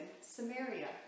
Samaria